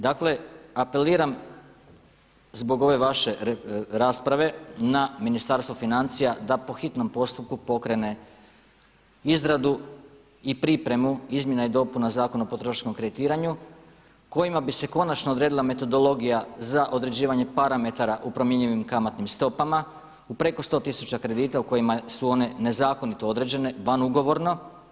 Dakle, apeliram zbog ove vaše rasprave na Ministarstvo financija da po hitnom postupku pokrene izradu i pripremu izmjena i dopuna Zakona o potrošačkom kreditiranju kojima bi se končano odredila metodologija za određivanje parametara u promjenjivim kamatnim stopama u preko 100 tisuća kredita u kojima su one nezakonito određene, van ugovorno.